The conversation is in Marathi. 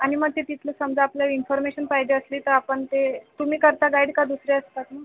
आणि मग ते तिथलं समजा आपल्याला इन्फॉर्मेशन पाहिजे असली तर आपण ते तुम्ही करता गाईड का दुसरे असतात मग